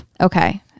Okay